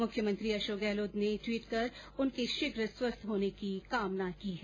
मुख्यमंत्री अशोक गहलोत ने ट्वीट कर उनके शीघ्र स्वस्थ होने की कामना की है